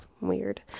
weird